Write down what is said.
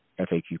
FAQ